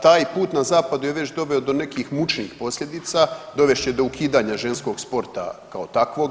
Taj put na zapadu je već doveo do nekih mučnih posljedica, dovest će do ukidanja ženskog sporta kao takvog.